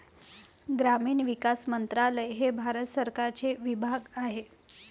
ग्रामीण विकास मंत्रालय हे भारत सरकारचे विभाग आहे